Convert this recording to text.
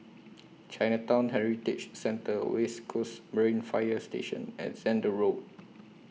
Chinatown Heritage Centre West Coast Marine Fire Station and Zehnder Road